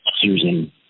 Susan